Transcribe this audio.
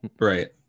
right